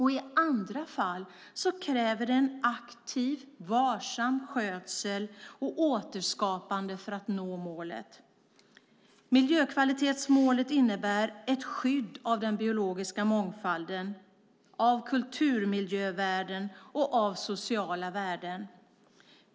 I andra fall kräver det en aktiv, varsam skötsel och återskapande för att nå målet. Miljökvalitetsmålet innebär ett skydd av den biologiska mångfalden, av kulturmiljövärden och av sociala värden.